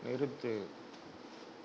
நிறுத்து